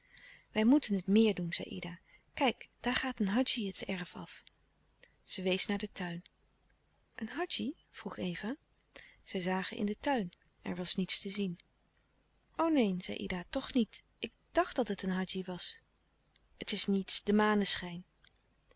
wij moeten het meer doen zei ida kijk daar gaat een hadji het erf af zij wees naar den tuin een hadji vroeg eva zij zagen in den tuin er was niets te zien o neen zei ida toch niet ik dacht dat het een hadji was het is niets de maneschijn